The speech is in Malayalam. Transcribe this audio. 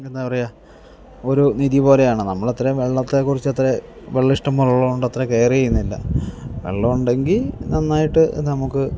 എന്താണ് പറയുക ഒരു നിധി പോലെയാണ് നമ്മൾ അത്ര വെള്ളത്തെ കുറിച്ച് അത്ര വെള്ളം ഇഷ്ടം പോലെയുള്ളതു കൊണ്ട് അത്ര കെയർ ചെയ്യുന്നില്ല വെള്ളമുണ്ടെങ്കിൽ നന്നായിട്ട് നമുക്ക്